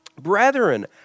Brethren